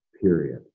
period